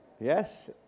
Yes